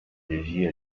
llegia